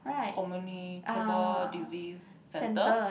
Communicable Disease Centre